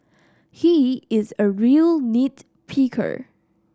he is a real nit picker